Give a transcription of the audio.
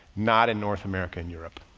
not in north america and europe,